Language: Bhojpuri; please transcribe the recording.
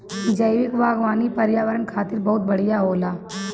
जैविक बागवानी पर्यावरण खातिर बहुत बढ़िया होला